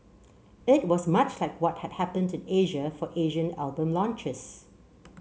it was much like what had happened in Asia for Asian album launches